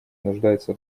нуждается